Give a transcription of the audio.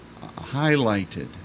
highlighted